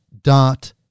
dot